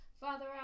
Father